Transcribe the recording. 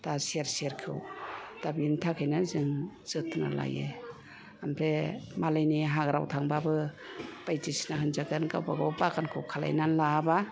दा सेर सेर खौ दा बेनि थाखायनो जों जोथोन लायो ओमफ्राय मालायनि हाग्रायाव थांबाबो बायदिसिना होनजागोन गावबा गाव बागानखौ खालामना लायाबा